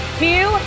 two